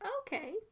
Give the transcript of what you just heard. Okay